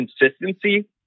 consistency